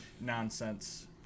nonsense